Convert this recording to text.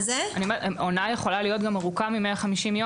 עונה יכולה להיות ארוכה גם ארוכה מ-150.